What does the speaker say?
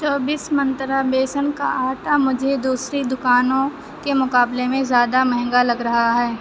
چوبیس منترا بیسن کا آٹا مجھے دوسری دکانوں کے مقابلے میں زیادہ مہنگا لگ رہا ہے